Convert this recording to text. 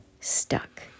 stuck